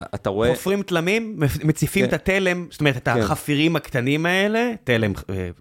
חופרים תלמית, מציפים את התלם, זאת אומרת את החפירים הקטנים האלה,